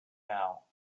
now